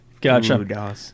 Gotcha